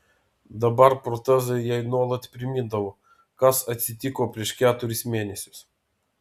dabar protezai jai nuolat primindavo kas atsitiko prieš keturis mėnesius